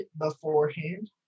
beforehand